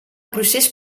procés